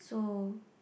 so